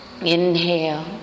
Inhale